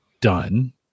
done